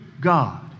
God